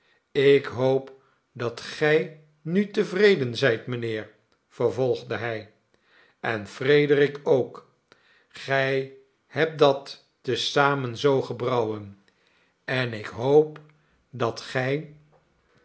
ik hoop dat gij nu tevrederi zijt mijnheer vervolgde hij en frederik ook gij hebt dat te zamen zoo gebrouwen en ik hoop dat gij